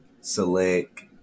select